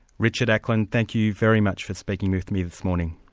richard ackland, thank you very much for speaking with me this morning.